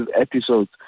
episodes